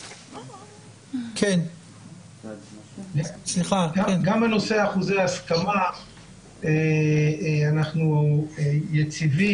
גם בנושא אחוזי ההסכמה אנחנו יציבים,